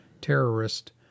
terrorist